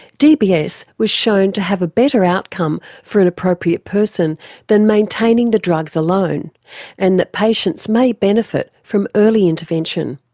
dbs was shown to have a better outcome for an appropriate person than maintaining the drugs alone and that patients may benefit from early intervention.